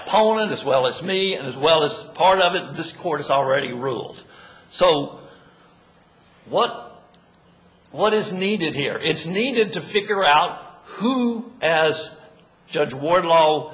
opponent as well as me as well as part of an this court has already ruled so what what is needed here it's needed to figure out who as judge wardlow